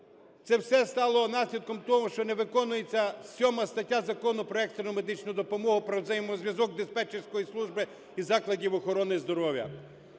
Це все стало наслідком того, що не виконується 7 стаття Закону "Про екстрену медичну допомогу" про взаємозв'язок диспетчерської служби і закладів охорони здоров'я.